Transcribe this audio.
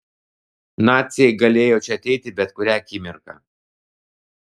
naciai galėjo čia ateiti bet kurią akimirką